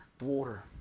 water